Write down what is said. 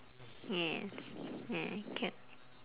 yes !yay! can